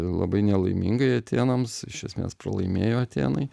labai nelaimingai atėnams iš esmės pralaimėjo atėnai